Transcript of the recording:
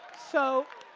so.